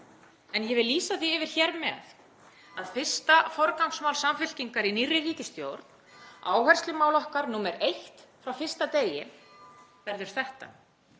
en ég vil lýsa því yfir hér með að fyrsta forgangsmál Samfylkingar í nýrri ríkisstjórn, áherslumál okkar númer 1 frá fyrsta degi, verður þetta: